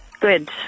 Good